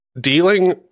dealing